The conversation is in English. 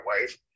wife